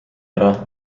ära